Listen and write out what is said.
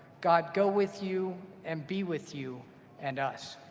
god go with you and be with you and us.